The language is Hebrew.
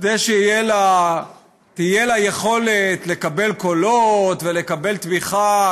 כדי שתהיה לה יכולת לקבל קולות ולקבל תמיכה.